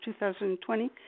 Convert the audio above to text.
2020